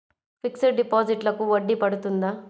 Fixed డిపాజిట్లకు వడ్డీ పడుతుందా?